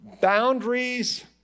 Boundaries